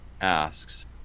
asks